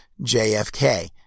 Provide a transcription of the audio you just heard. JFK